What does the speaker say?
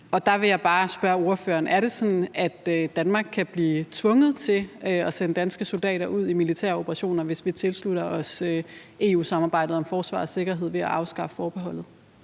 Og der vil jeg bare spørge ordføreren: Er det sådan, at Danmark kan blive tvunget til at sende danske soldater ud i militære operationer, hvis vi tilslutter os EU-samarbejdet om forsvar og sikkerhed ved at afskaffe forbeholdet?